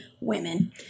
Women